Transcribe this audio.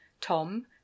Tom